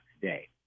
today